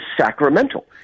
sacramental